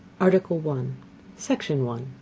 article one section one.